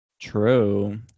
True